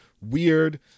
weird